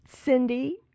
Cindy